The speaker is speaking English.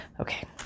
Okay